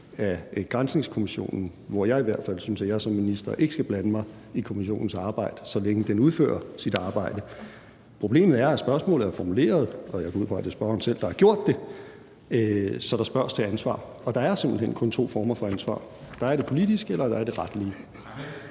af granskningskommissionen, hvor jeg i hvert fald synes, at jeg som minister ikke skal blande mig i kommissionens arbejde, så længe den udfører sit arbejde. Problemet er, at spørgsmålet jo er formuleret – og jeg går ud fra, at det er spørgeren selv, der har gjort det – så der spørges til ansvar, og der er simpelt hen kun to former for ansvar: Der er det politiske, og der er det retlige.